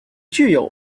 具有